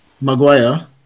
Maguire